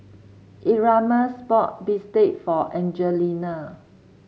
Erasmus bought bistake for Angelina